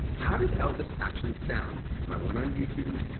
how did elvis actually sound? so i went on youtube,